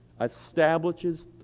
establishes